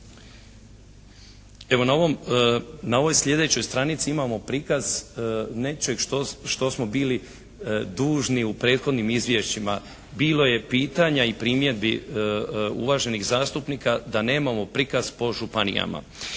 Evo na ovoj sljedećoj stranici imamo prikaz nečeg što smo bili dužni u prethodnim izvješćima, bilo je pitanja i primjedbi uvaženih zastupnika da nemamo prikaz po županijama.